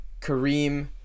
kareem